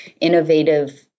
innovative